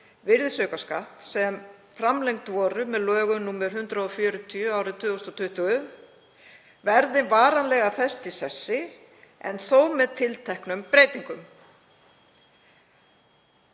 virðisaukaskatt, sem framlengd voru með lögum nr. 140/2020, verði varanlega fest í sessi en þó með tilteknum breytingum.